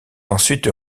ensuite